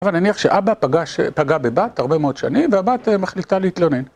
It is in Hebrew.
אבל נניח שאבא פגע בבת הרבה מאוד שנים, והבת מחליטה להתלונן.